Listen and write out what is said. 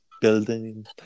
building